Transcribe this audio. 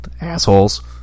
Assholes